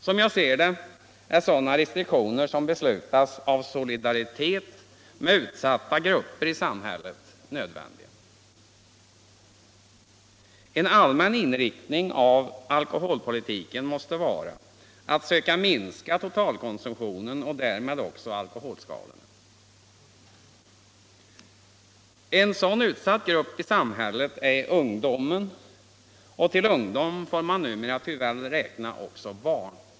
Som jag ser det, är sådana restriktioner som beslutas av solidaritet med utsatta grupper i samhället nödvändiga. En allmän inriktning av alkoholpolitiken måste vara att söka minska totalkonsumtionen och därmed också alkoholskadorna. En utsatt grupp i samhället är ungdomen, och till ungdom får man numera tyvärr räkna också barn.